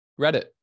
reddit